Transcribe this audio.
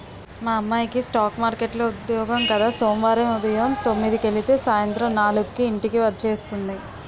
మా అమ్మాయికి స్ఠాక్ మార్కెట్లో ఉద్యోగం కద సోమవారం ఉదయం తొమ్మిదికెలితే సాయంత్రం నాలుక్కి ఇంటికి వచ్చేస్తుంది